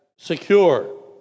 secure